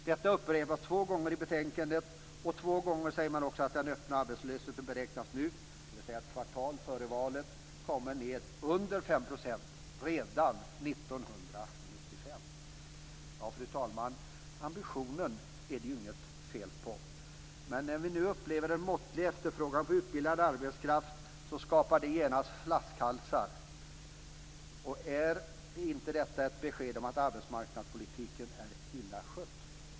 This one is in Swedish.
Detta upprepades två gånger i betänkandet och två gånger sade man också att den öppna arbetslösheten då beräknades - dvs. ett kvartal före valet - att komma ned till under 5 % redan under 1995. Fru talman! Ambitionen var det självfallet inget fel på. Men när vi nu upplever en måttlig efterfrågan på utbildad arbetskraft skapar det genast flaskhalsar. Är inte detta ett tecken på att arbetsmarknadspolitiken är illa skött?